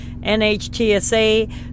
NHTSA